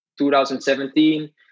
2017